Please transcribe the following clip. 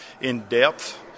in-depth